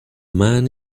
man